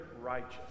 righteous